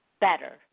better